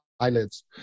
eyelids